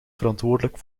verantwoordelijk